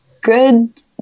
good